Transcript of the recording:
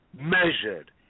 measured